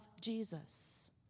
Jesus